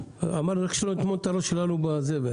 אמרנו רק שלא נטמון את הראש שלנו בזבל,